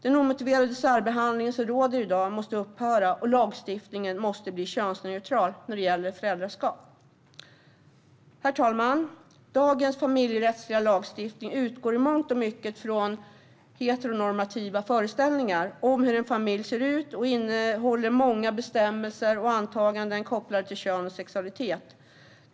Den omotiverade särbehandling som råder i dag måste upphöra, och lagstiftningen måste bli könsneutral när det gäller föräldraskap. Herr talman! Dagens familjerättsliga lagstiftning utgår i mångt och mycket ifrån heteronormativa föreställningar om hur en familj ser ut, och den innehåller många bestämmelser och antaganden kopplade till kön och sexualitet.